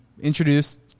introduced